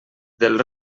del